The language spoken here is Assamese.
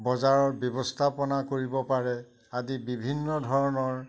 বজাৰত ব্যৱস্থাপনা কৰিব পাৰে আদি বিভিন্ন ধৰণৰ